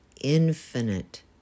infinite